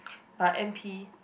but N_P